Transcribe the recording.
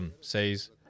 says